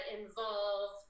involve